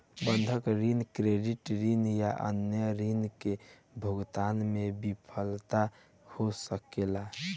बंधक ऋण, क्रेडिट ऋण या अन्य ऋण के भुगतान में विफलता हो सकेला